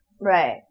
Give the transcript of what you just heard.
Right